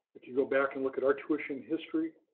if you go back and look at our tuition history,